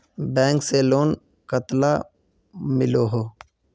Bank से loan कतला मिलोहो?